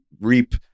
reap